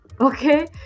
Okay